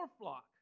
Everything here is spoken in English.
flock